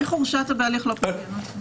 איך הורשעת בהליך לא פלילי?